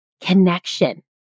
connection